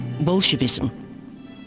Bolshevism